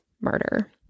murder